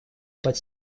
под